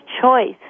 choice